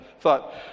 thought